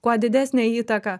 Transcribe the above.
kuo didesnę įtaką